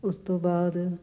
ਉਸ ਤੋਂ ਬਾਅਦ